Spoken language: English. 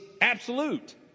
absolute